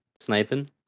sniping